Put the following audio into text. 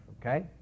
Okay